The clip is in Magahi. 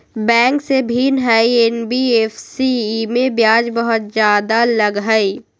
बैंक से भिन्न हई एन.बी.एफ.सी इमे ब्याज बहुत ज्यादा लगहई?